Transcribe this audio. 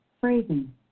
phrasing